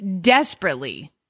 desperately